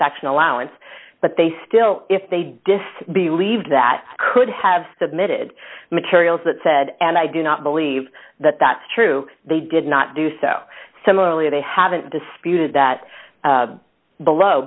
action allowance but they still if they dissed believe that could have submitted materials that said and i do not believe that that's true they did not do so similarly they haven't disputed that below